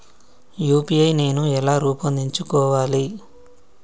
UPI నేను ఎలా రూపొందించుకోవాలి?